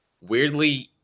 weirdly –